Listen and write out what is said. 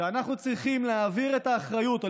שאנחנו צריכים להעביר את האחריות או